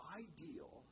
ideal